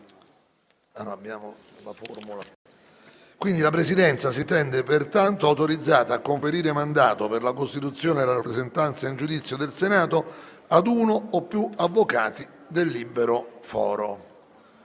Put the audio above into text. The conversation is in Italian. La Presidenza si intende pertanto autorizzata a conferire mandato, per la costituzione e la rappresentanza in giudizio del Senato, ad uno o più avvocati del libero Foro.